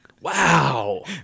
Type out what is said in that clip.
wow